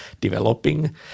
developing